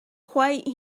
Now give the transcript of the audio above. quite